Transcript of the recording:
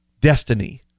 destiny